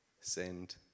send